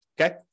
okay